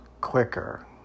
quicker